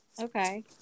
Okay